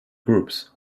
groups